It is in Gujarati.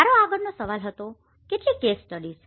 મારો આગળનો સવાલ હતો કેટલી કેસ સ્ટડીઝ